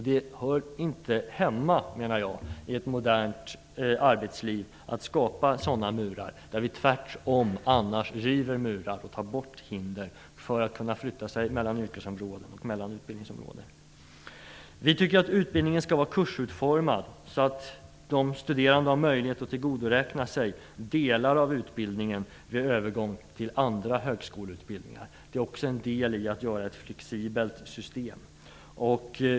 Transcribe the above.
Det hör inte hemma i ett modernt arbetsliv att skapa sådana murar, där vi annars river murar och tar bort hinder för att man skall kunna flytta sig mellan yrkesområden och utbildningsområden. Vi tycker att yrkesutbildningen skall vara kursutformad så att de studerande har möjlighet att tillgodoräkna sig delar av utbildningen vid övergång till andra högskoleutbildningar. Det är också en del i att göra ett flexibelt system.